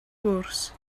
gwrs